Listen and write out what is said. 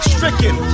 Stricken